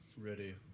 Ready